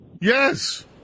Yes